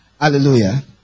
Hallelujah